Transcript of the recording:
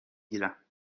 گیرم